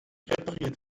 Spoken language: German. repariert